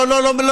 לא, לא.